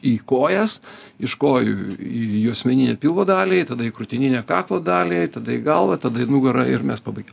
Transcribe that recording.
į kojas iš kojų į juosmeninę pilvo dalį tada į krūtininę kaklo dalį tada į galvą tada į nugarą ir mes pabaigiam